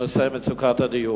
בנושא הדיור.